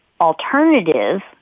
alternative